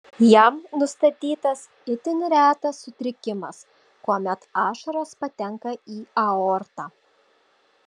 jam nustatytas itin retas sutrikimas kuomet ašaros patenka į aortą